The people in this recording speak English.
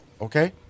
okay